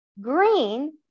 Green